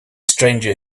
stranger